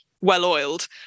well-oiled